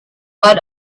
but